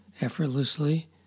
effortlessly